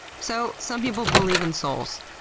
so, some people believe in souls.